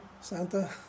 Santa